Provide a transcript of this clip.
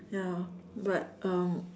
ya but um